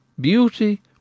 beauty